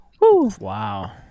Wow